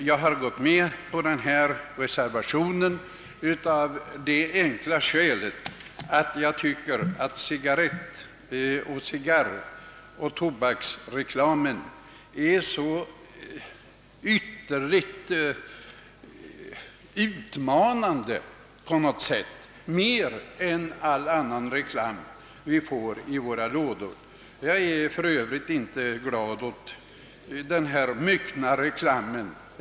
Jag har anslutit mig till reservationer av det enkla skälet att jag tycker att cigarrett-, cigarroch tobaksreklamen i övrigt är så ytterligt utmanande, mer än all annan reklam som kommer i våra postlådor. Jag är för övrigt inte glad åt all den myckna reklamen i vårt samhälle.